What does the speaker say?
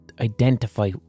identify